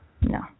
No